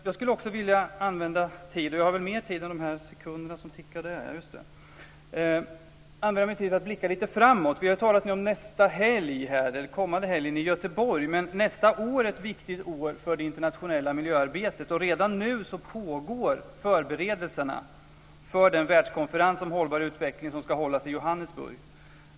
Jag skulle också vilja använda talartiden till att blicka lite framåt. Vi har ju här talat om den kommande helgen i Göteborg men nästa år är ett viktigt år för det internationella miljöarbetet. Redan nu pågår förberedelserna för den världskonferens om hållbar utveckling som ska hållas i Johannesburg.